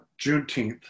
Juneteenth